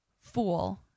Fool